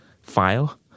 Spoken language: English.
file